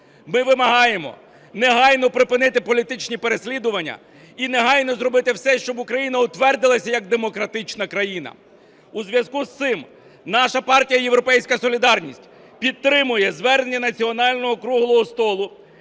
Ми вимагаємо негайно припинити політичні переслідування і негайно зробити все, щоб Україна утвердилася як демократична країна. У зв'язку з цим наша партія "Європейська солідарність" підтримує звернення Національного круглого столу